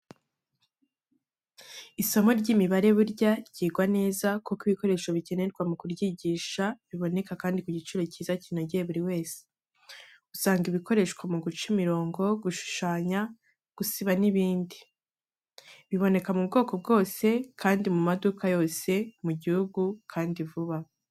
Isomo ry'imibare burya ryigwa neza kuko ibikoresho bikenerwa mu kuryigisha biboneka kandi ku giciro cyiza kinogeye buri wese. Usanga ibikoreshwa mu guca imirongo, gushushanya, gusiba n'ibindi. Biboneka mu bwoko bwose kandi mu maduka yose mu gihugu kandi vuba.